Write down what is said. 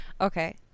Okay